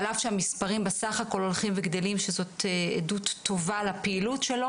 על אף שהמספרים בסך הכול הולכים וגדלים שזו עדות טובה לפעילות שלהם